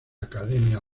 academia